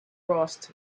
crossed